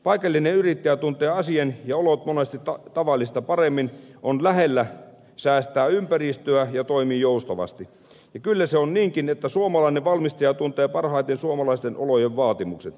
paikallinen yrittäjä tuntee asian ja olot monesti tavallista paremmin on lähellä säästää ympäristöä ja toimii joustavasti ja kyllä se on niinkin että suomalainen valmistaja tuntee parhaiten suomalaisten olojen vaatimukset